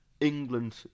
England